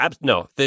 no